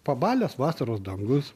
pabalęs vasaros dangus